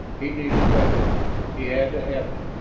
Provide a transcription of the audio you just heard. he needed weapons he had to have them!